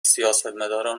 سیاستمداران